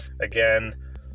again